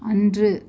அன்று